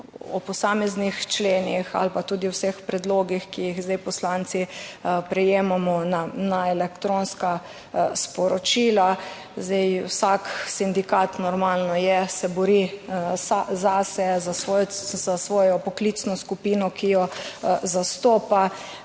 o posameznih členih ali pa tudi o vseh predlogih, ki jih zdaj poslanci prejemamo na elektronska sporočila. Zdaj, vsak sindikat, normalno je, se bori zase, za svojo poklicno skupino, ki jo zastopa,